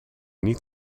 niet